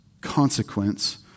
consequence